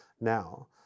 now